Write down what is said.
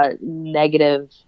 negative